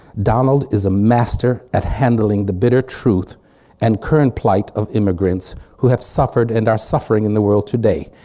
donald is a master at handling the bitter truth and current plight of immigrants who have suffered and are suffering in the world today.